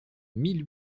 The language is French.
mille